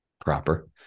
proper